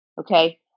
Okay